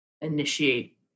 initiate